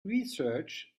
research